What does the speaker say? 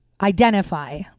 identify